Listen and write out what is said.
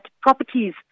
properties